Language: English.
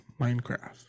Minecraft